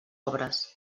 obres